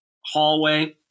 hallway